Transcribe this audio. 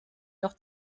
noch